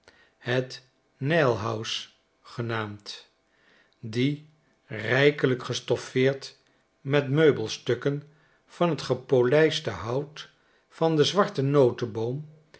het neill house genaamd die rijkelyk gestoffeerd met meubelstukken van t gepolijste hout van den zwarten